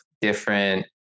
different